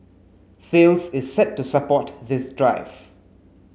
Thales is set to support this drive